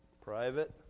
private